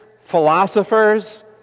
philosophers